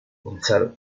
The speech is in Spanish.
gonzalo